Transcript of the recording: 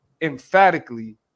emphatically